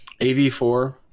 AV4